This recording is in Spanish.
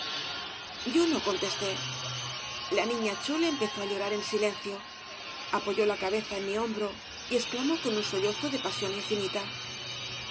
yo no contesté la niña chole empezó á llorar en silencio apoyó la cabeza en mi hombro y exclamó con un sollozo de pasión infinita